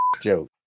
joke